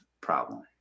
problem